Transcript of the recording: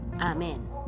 Amen